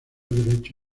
derecho